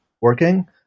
working